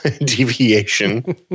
deviation